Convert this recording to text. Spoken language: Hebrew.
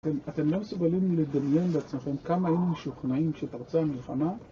אתם לא מסוגלים לדמיין לעצמכם כמה היו משוכנעים שפרצה מלחמה?